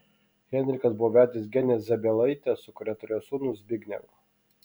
henrikas buvo vedęs genę zabielaitę su kuria turėjo sūnų zbignevą